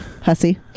Hussy